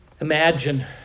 Imagine